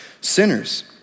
sinners